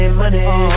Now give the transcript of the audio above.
money